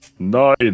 Nine